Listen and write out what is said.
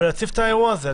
ולהציף את האירוע הזה.